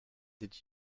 did